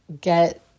get